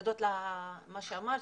זה לגבי מה שאמרת,